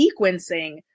sequencing